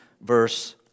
verse